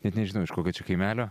net nežinau iš kokio čia kaimelio